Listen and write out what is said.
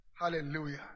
Hallelujah